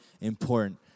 important